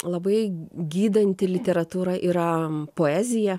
labai gydanti literatūra yra poezija